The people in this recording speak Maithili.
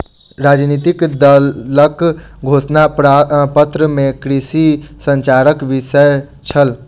राजनितिक दलक घोषणा पत्र में कृषि संचारक विषय छल